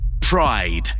pride